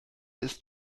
ist